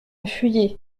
fuyez